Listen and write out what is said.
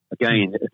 again